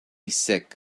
sick